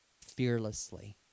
fearlessly